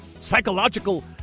psychological